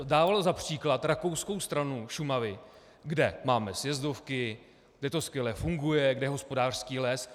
Dával za příklad rakouskou stranu Šumavy, kde máme sjezdovky, kde to skvěle funguje, kde je hospodářský les.